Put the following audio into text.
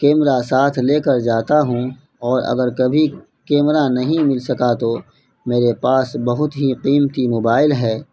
camera ساتھ لے کر جاتا ہوں اور اگر کبھی کیمرہ نہیں مل سکا تو میرے پاس بہت ہی قیمتی موبائل ہے